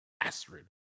Astrid